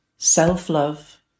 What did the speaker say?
self-love